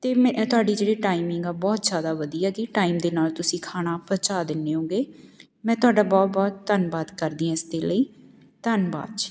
ਅਤੇ ਮੈਂ ਇਹ ਤੁਹਾਡੀ ਜਿਹੜੀ ਟਾਈਮਿੰਗ ਆ ਬਹੁਤ ਜ਼ਿਆਦਾ ਵਧੀਆ ਗੀ ਟਾਈਮ ਦੇ ਨਾਲ ਤੁਸੀਂ ਖਾਣਾ ਪਹੁੰਚਾ ਦਿੰਦੇ ਓਂਗੇ ਮੈਂ ਤੁਹਾਡਾ ਬਹੁਤ ਬਹੁਤ ਧੰਨਵਾਦ ਕਰਦੀ ਹਾਂ ਇਸ ਦੇ ਲਈ ਧੰਨਵਾਦ ਜੀ